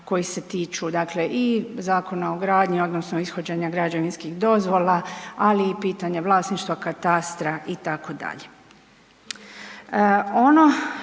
koji se tiču, dakle i Zakona o gradnji odnosno ishođenja građevinskih dozvola, ali i pitanja vlasništva katastra itd. Ono